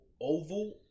Oval